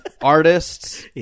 artists